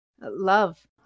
Love